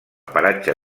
paratge